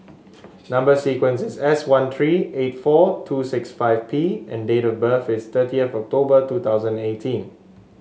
number sequence is S one three eight four two six five P and date of birth is thirty of October two thousand and eighteen